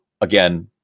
again